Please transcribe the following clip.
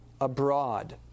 abroad